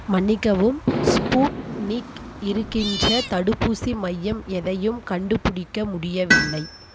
மன்னிக்கவும் ஸ்பூட்னிக் இருக்கின்ற தடுப்பூசி மையம் எதையும் கண்டுபுடிக்க முடியவில்லை